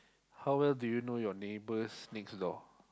how well do you know your neighbors next door